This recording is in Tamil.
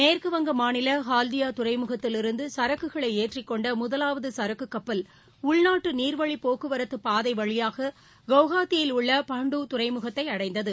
மேற்குவங்க மாநில ஹால்டியா துறைமுகத்தில் இருந்து சரக்குகளை ஏற்றிக்கொண்ட முதலாவது சரக்குக் கப்பல் உள்நாட்டு நீர்வழிப் போக்குவரத்து பாதை வழியாக கவுகாத்தியில் உள்ள பண்டு துறைமுகத்தை அடைந்தது